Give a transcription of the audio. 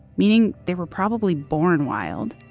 meaning they were probably born wild.